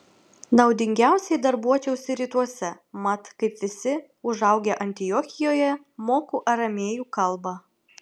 naudingiausiai darbuočiausi rytuose mat kaip visi užaugę antiochijoje moku aramėjų kalbą